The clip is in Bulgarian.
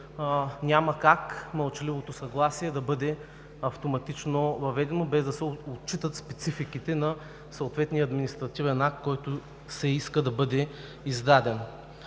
няма как мълчаливото съгласие да бъде автоматично въведено, без да се отчитат спецификите на съответния административен акт, който се иска да бъде издаден.